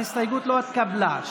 ההסתייגות לא התקבלה.